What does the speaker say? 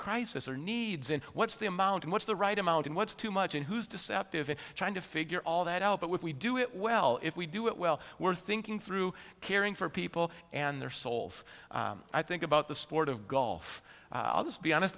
crisis or needs and what's the amount and what's the right amount and what's too much and who's deceptive in trying to figure all that out but when we do it well if we do it well we're thinking through caring for people and their souls i think about the sport of golf i'll just be honest